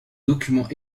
documents